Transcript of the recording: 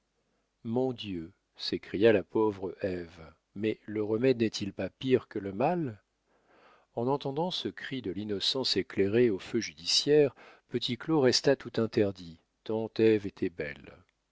mon dieu s'écria la pauvre ève mais le remède n'est-il pas pire que le mal en entendant ce cri de l'innocence éclairée au feu judiciaire petit claud resta tout interdit tant ève était belle